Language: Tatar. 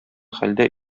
хәлдә